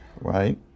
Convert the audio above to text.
Right